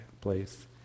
place